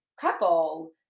couple